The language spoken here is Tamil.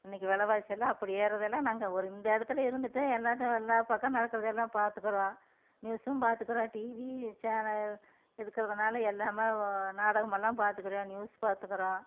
இன்றைக்கி விலவாசியெல்லாம் அப்படி ஏறுறதால் நாங்கள் ஒரு இந்த இடத்துல இருந்துகிட்டே எல்லாத்தையும் எல்லாம் பக்கம் நடக்கிறதெல்லாம் பார்த்துக்குறோம் நியூஸும் பார்த்துக்குறோம் டிவி சேனல் இருக்கிறதுனால எல்லாமே நாடகமெல்லாம் பார்த்துக்குறோம் நியூஸ் பார்த்துக்குறோம்